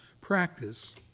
practice